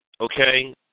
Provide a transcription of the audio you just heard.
okay